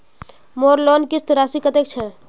मोर लोन किस्त राशि कतेक छे?